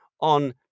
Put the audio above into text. on